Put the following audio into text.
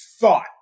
thought